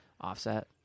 Offset